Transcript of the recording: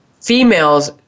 females